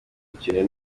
ukeneye